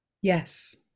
Yes